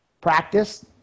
Practice